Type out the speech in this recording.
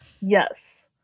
Yes